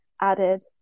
added